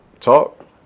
talk